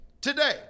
Today